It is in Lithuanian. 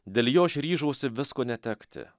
dėl jo aš ryžausi visko netekti